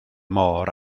môr